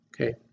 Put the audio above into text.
Okay